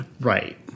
Right